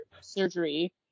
surgery